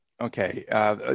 Okay